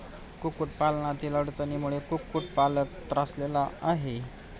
कुक्कुटपालनातील अडचणींमुळे कुक्कुटपालक त्रासलेला आहे